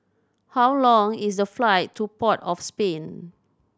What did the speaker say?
how long is the flight to Port of Spain